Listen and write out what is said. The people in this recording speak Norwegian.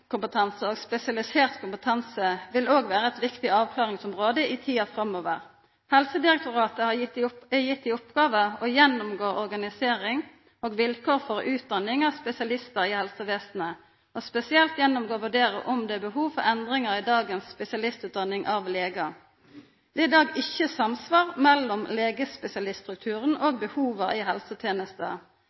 og spesialisert kompetanse vil òg vera eit viktig avklaringsområde i tida framover. Helsedirektoratet er gjeve i oppgåve å gjennomgå organiseringa og vilkåra for utdanning av spesialistar i helsevesenet, og spesielt gå gjennom og vurdera om det er behov for endringar i dagens spesialistutdanning av legar. Det er i dag ikkje samsvar mellom legespesialiststrukturen og behova i